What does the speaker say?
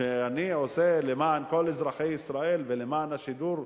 שאני עושה למען כל אזרחי ישראל ולמען השידור,